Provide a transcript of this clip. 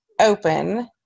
open